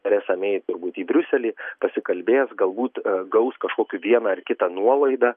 teresa mei turbūt į briuselį pasikalbės galbūt gaus kažkokių vieną ar kitą nuolaidą